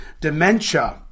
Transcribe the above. Dementia